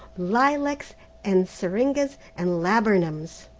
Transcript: lilacs and syringas and laburnums,